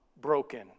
broken